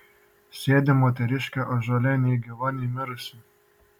sėdi moteriškė ąžuole nei gyva nei mirusi